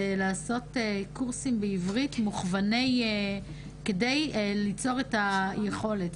לעשות קורסים בעברית כדי ליצור את היכולת.